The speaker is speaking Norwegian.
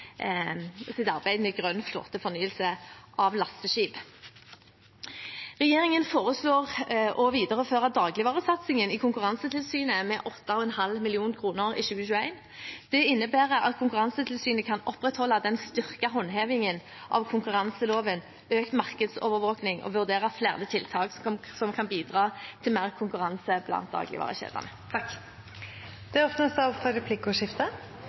arbeid med grønn flåtefornyelse av lasteskip. Regjeringen foreslår å videreføre dagligvaresatsingen i Konkurransetilsynet med 8,5 mill. kr i 2021. Det innebærer at Konkurransetilsynet kan opprettholde den styrkede håndhevingen av konkurranseloven, økt markedsovervåkning og vurdere flere tiltak som kan bidra til mer konkurranse blant dagligvarekjedene.